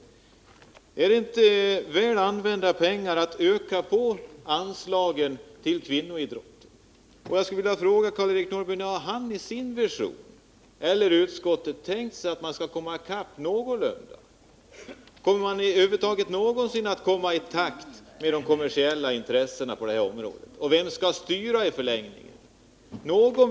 Är det inte väl använda pengar att öka på anslagen till kvinnoidrotten? Jag skulle vilja fråga Karl-Eric Norrby när han eller utskottet tänker sig att man någorlunda skall komma i kapp. Kommer ni över huvud taget någonsin att komma i takt med de kommersiella intressena på det här området? Och vem skall styra i förlängningen?